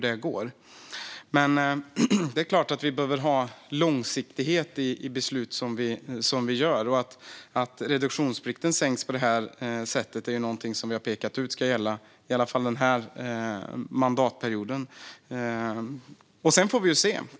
Det är klart att vi behöver ha långsiktighet i de beslut vi fattar. Att reduktionsplikten sänks på det här sättet är någonting som vi har pekat ut ska gälla i alla fall den här mandatperioden. Sedan får vi se.